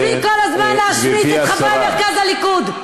מספיק כל הזמן להשמיץ את חברי מרכז הליכוד.